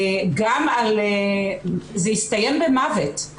זה יסתיים במוות,